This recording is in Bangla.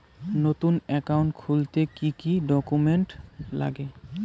নতুন একাউন্ট খুলতে কি কি ডকুমেন্ট লাগে?